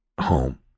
home